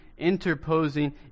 interposing